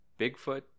Bigfoot